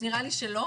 נראה לי שלא.